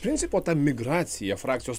principo ta migracija frakcijos